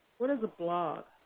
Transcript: what is a blog?